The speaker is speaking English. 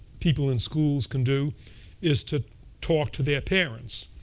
people in schools can do is to talk to their parents.